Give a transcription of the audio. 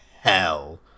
hell